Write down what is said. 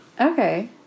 Okay